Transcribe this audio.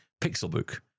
Pixelbook